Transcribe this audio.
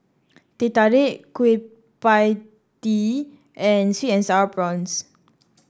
Teh Tarik Kueh Pie Tee and sweet and sour prawns